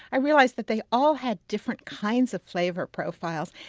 i realized that they all had different kinds of flavor profiles.